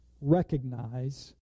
recognize